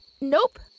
Nope